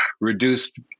reduced